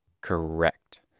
Correct